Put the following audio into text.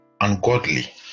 ungodly